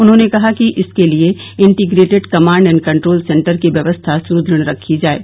उन्होंने कहा कि इसके लिये integrated command and control centre की व्यवस्था सुदृढ़ रखी जाये